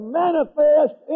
manifest